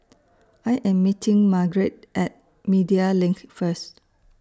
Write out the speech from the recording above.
I Am meeting Margrett At Media LINK First